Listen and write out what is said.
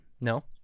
no